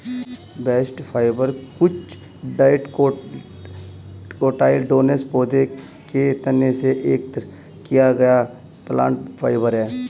bast fibre कुछ dicotyledonous पौधों के तने से एकत्र किया गया प्लांट फाइबर है